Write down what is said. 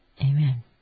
Amen